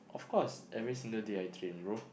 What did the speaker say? of course every single day I train bro